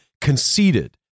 conceited